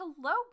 Hello